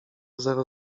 zero